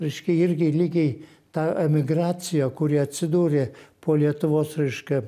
reiškia irgi lygiai ta emigracija kuri atsidūrė po lietuvos reiškia